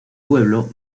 pueblo